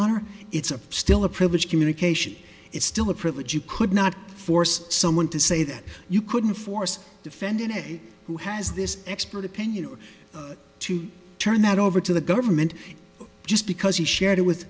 honor it's a still a privilege communication it's still a privilege you could not force someone to say that you couldn't force defending a who has this expert opinion or to turn that over to the government just because he shared it with